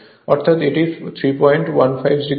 অর্থাৎ এটি 3156o হবে